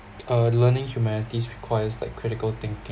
uh learning humanities requires like critical thinking